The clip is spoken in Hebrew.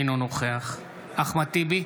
אינו נוכח אחמד טיבי,